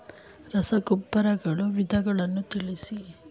ರಸಗೊಬ್ಬರಗಳ ವಿಧಗಳನ್ನು ತಿಳಿಸಿ?